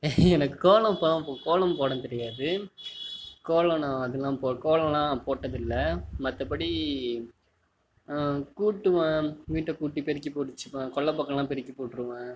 எனக்கு கோலம் கோலம் போட தெரியாது கோலம் நான் அதலாம் கோலம்லாம் போட்டது இல்லை மற்றபடி கூட்டுவேன் வீட்டை கூட்டி பெருக்கி போட்டு வச்சுப்பேன் கொல்லைப் பக்கோலாம் பெருக்கி போட்டுருவேன்